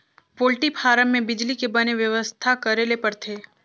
poultry farm में बिजली के बने बेवस्था करे ले परथे